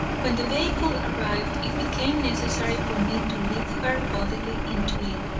when the vehicle arrived it became necessary for me to lift her bodily into it,